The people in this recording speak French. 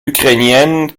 ukrainienne